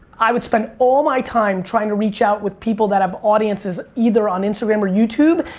i would spend all my time trying to reach out with people that have audiences either on instagram or youtube.